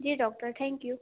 ji doctor thank you